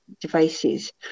devices